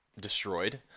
destroyed